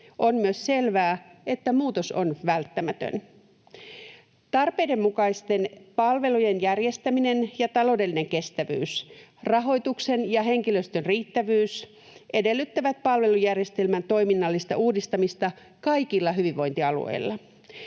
On myös selvää, että muutos on välttämätön. Tarpeiden mukaisten palvelujen järjestäminen ja taloudellinen kestävyys, rahoituksen ja henkilöstön riittävyys, edellyttävät palvelujärjestelmän toiminnallista uudistamista kaikilla hyvinvointialueilla.